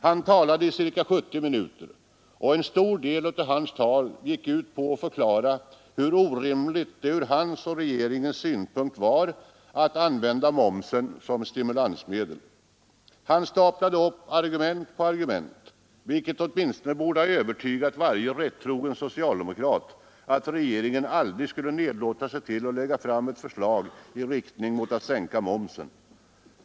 Han talade i ca 70 minuter, och en stor del av hans tal gick ut på att förklara hur orimligt det från hans och regeringens synpunkt var att använda momsen som ett stimulansmedel. Han staplade upp argument på argument, vilket åtminstone borde ha övertygat varje rättrogen socialdemokrat om att regeringen aldrig skulle nedlåta sig till att lägga fram ett förslag om att sänka momsen.